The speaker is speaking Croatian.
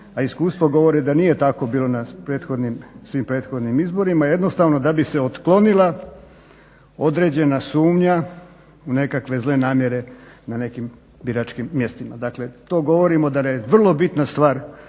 iskustvo govori da nije tako bilo na svim prethodnim izborima, jednostavno da bi se otklonila određena sumnja u nekakve zle namjere na nekim biračkim mjestima. Dakle, to govorimo da nam je vrlo bitna stvar